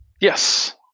Yes